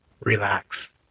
Relax